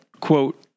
quote